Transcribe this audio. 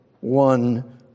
one